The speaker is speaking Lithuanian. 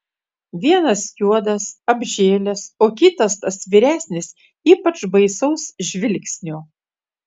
vienas juodas apžėlęs o kitas tas vyresnis ypač baisaus žvilgsnio